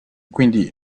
quindi